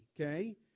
okay